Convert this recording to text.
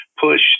push